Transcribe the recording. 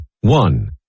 one